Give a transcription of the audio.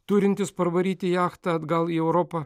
turintys parvaryti jachtą atgal į europą